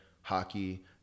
hockey